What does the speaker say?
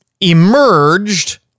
emerged